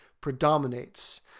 predominates